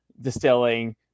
Distilling